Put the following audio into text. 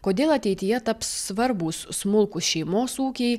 kodėl ateityje taps svarbūs smulkūs šeimos ūkiai